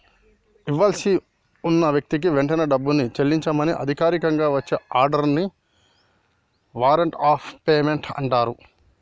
ఇవ్వాల్సి ఉన్న వ్యక్తికి వెంటనే డబ్బుని చెల్లించమని అధికారికంగా వచ్చే ఆర్డర్ ని వారెంట్ ఆఫ్ పేమెంట్ అంటరు